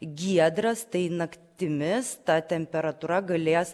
giedras tai naktimis ta temperatūra galės